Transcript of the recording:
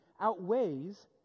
outweighs